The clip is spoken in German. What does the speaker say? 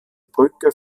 brücke